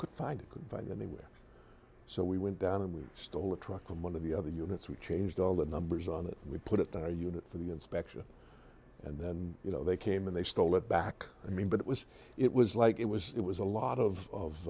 could find it couldn't find anywhere so we went down and we stole a truck from one of the other units we changed all the numbers on it we put our unit for the inspection and then you know they came in they stole it back i mean but it was it was like it was it was a lot of